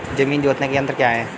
जमीन जोतने के यंत्र क्या क्या हैं?